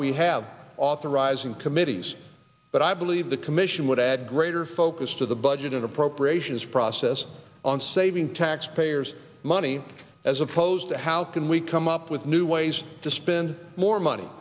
we have authorizing committees but i believe the commission would add greater focus to the budget and appropriations process on saving taxpayers money as opposed to how can we come up with new ways to spend more money